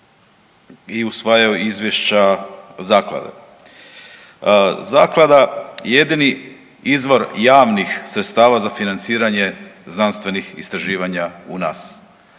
i usvajaju izvješća zaklade. Zaklada je jedini izvor jedini izvor javnih sredstava za financiranje znanstvenih istraživanja u nas